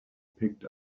picked